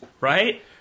right